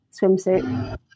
swimsuit